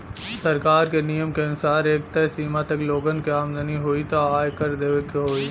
सरकार क नियम क अनुसार एक तय सीमा तक लोगन क आमदनी होइ त आय कर देवे के होइ